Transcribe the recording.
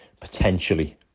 potentially